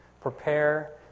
prepare